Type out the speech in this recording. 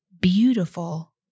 beautiful